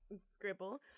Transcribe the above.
scribble